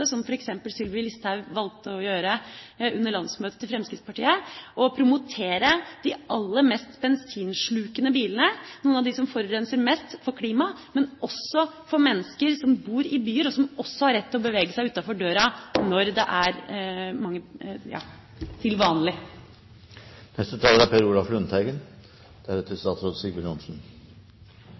som f.eks. Sylvi Listhaug valgte å gjøre under landsmøtet til Fremskrittspartiet, og å promotere de aller mest bensinslukende bilene – noen av dem som forurenser mest for klimaet, men også for mennesker som bor i byer, og som også har rett til å bevege seg utenfor døra